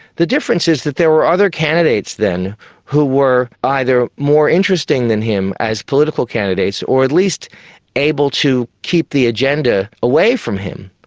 the difference is that there were other candidates then who were either more interesting than him as political candidates or at least able to keep the agenda away from him.